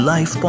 Life